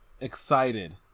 excited